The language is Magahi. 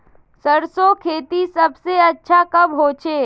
सरसों खेती सबसे अच्छा कब होचे?